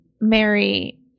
Mary